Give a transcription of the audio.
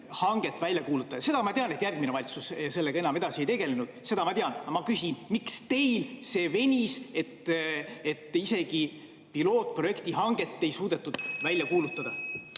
hanget välja kuulutada? Seda ma tean, et järgmine valitsus sellega enam edasi ei tegelenud, seda ma tean. Ma küsin, miks teil see venis, et isegi pilootprojekti hanget ei suudetud välja kuulutada.